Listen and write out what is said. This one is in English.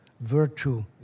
virtue